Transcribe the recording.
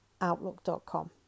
outlook.com